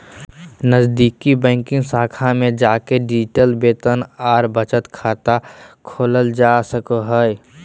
नजीदीकि बैंक शाखा में जाके डिजिटल वेतन आर बचत खाता खोलल जा सको हय